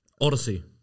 Odyssey